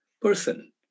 person